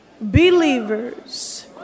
believers